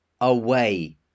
away